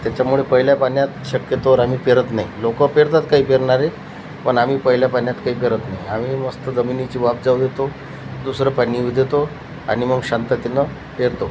त्याच्यामुळे पहिल्या पाण्यात शक्यतोवर आम्ही पेरत नाही लोकं पेरतात काही पेरणारे पण आम्ही पहिल्या पाण्यात काही पेरत नाही आम्ही मस्त जमिनीची वाफ जाऊ देतो दुसरं पाणी येऊ देतो आणि मग शांततेनं पेरतो